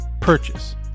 purchase